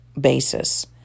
basis